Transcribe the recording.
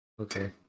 Okay